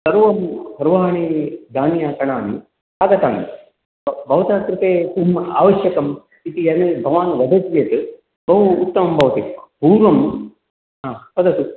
सर्वं सर्वाणि धान्यकणानि आगतानि भ भवतः कृते किम् आवश्यकम् इति यदि भवान् वदति चेत् बहु उत्तमं भवति पूर्वम् हा वदतु